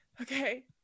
Okay